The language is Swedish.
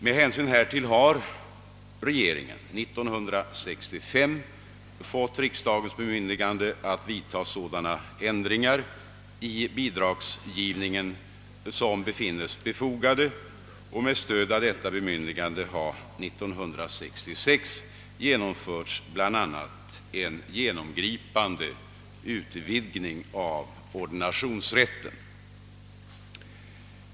Med hänsyn härtill fick regeringen 1965 riksdagens bemyndigande att vidta sådana ändringar i bidragsgivningen som kunde befinnas befogade, och med stöd av detta bemyndigande genomfördes 1966 bl.a. en genomgripande utvidgning av ordinationsrätten.